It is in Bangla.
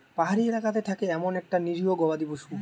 পাহাড়ি এলাকাতে থাকে এমন একটা নিরীহ গবাদি পশু